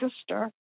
sister